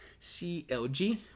clg